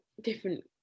different